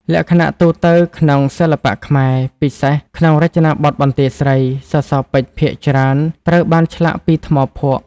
លក្ខណៈទូទៅក្នុងសិល្បៈខ្មែរ (ពិសេសក្នុងរចនាបថបន្ទាយស្រី) សសរពេជ្រភាគច្រើនត្រូវបានឆ្លាក់ពី ថ្មភក់។